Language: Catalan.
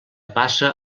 passa